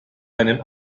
einem